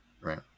Right